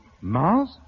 Mars